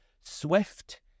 Swift